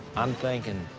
i'm thinking,